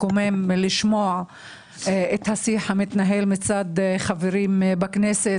מקומם לשמוע את השיח המתנהל מצד חברים בכנסת,